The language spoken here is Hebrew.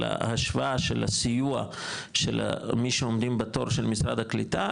אלא השוואה של הסיוע של מי שעומדים בתור של משרד הקליטה,